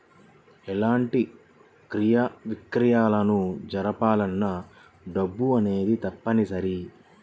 ఎలాంటి క్రయ విక్రయాలను జరపాలన్నా డబ్బు అనేది తప్పనిసరి